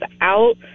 out